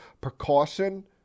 precaution